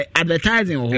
advertising